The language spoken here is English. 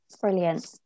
brilliant